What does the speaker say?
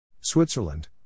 Switzerland